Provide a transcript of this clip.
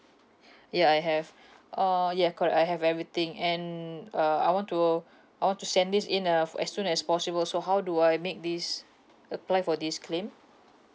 ya I have uh yeah correct I have everything and uh I want to I want to send this in uh f~ as soon as possible so how do I make this apply for this claim